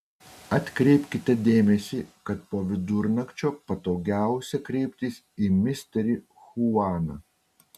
atkreipkite dėmesį kad po vidurnakčio patogiausia kreiptis į misterį chuaną